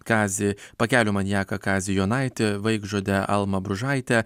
kazį pakelių maniaką kazį jonaitį vaikžudę almą bružaitę